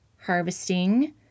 harvesting